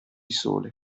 sole